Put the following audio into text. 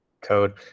code